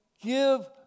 give